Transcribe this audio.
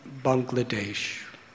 Bangladesh